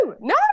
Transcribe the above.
no